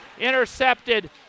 intercepted